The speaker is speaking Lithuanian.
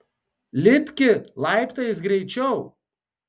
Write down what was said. lipki laiptais greičiau